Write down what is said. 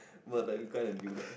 but like we kinda knew lah